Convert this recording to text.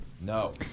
No